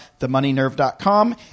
themoneynerve.com